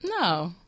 No